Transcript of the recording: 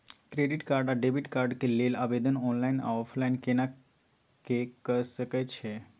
Credit card आ debit card के लेल आवेदन ऑनलाइन आ ऑफलाइन केना के सकय छियै?